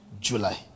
july